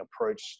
approach